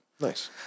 nice